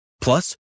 Plus